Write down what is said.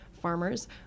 farmers